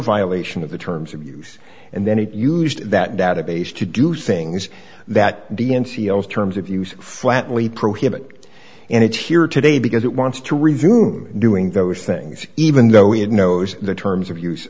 violation of the terms of use and then it used that database to do things that d n c terms of use flatly prohibit and it's here today because it wants to review me doing those things even though we had knows the terms of use